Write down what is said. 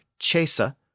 chesa